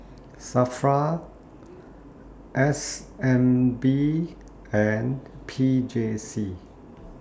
SAFRA S N B and P J C